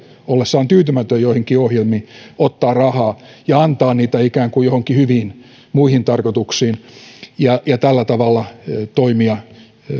ollessaan tyytymätön joihin ohjelmiin voisi yleisradiolta ottaa rahaa ja antaa niitä ikään kuin johonkin muihin hyviin tarkoituksiin ja ja tällä tavalla toimia